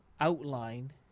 outline